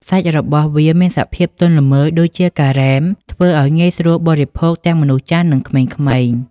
សាច់របស់វាមានសភាពទន់ល្មើយដូចជាការ៉េម ធ្វើឱ្យងាយស្រួលបរិភោគទាំងមនុស្សចាស់ និងក្មេងៗ។